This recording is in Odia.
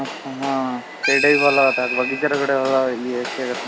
ଆଛା ହଁ ସେଇଟା ବି ଭଲ କଥା ଭିତରେ ଗୋଟେ ଇଏ ଆସିବା କଥା